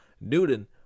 Newton